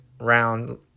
round